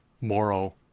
moral